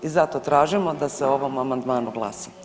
I zato tražimo da se o ovom amandmanu glasa.